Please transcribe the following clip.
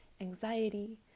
anxiety